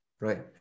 right